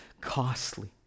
costly